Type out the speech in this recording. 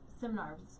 seminars